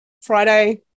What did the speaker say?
friday